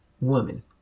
woman